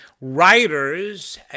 writers